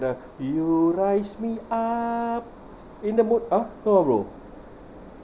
the you rise me up in the mood ah no ah bro